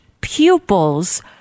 pupils